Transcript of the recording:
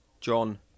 John